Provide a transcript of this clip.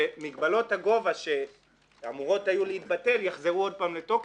ומגבלות הגובה שאמורות היו להתבטל יחזרו עוד פעם לתוקף,